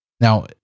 Now